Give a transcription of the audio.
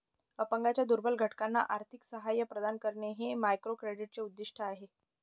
अपंगांच्या दुर्बल घटकांना आर्थिक सहाय्य प्रदान करणे हे मायक्रोक्रेडिटचे उद्दिष्ट आहे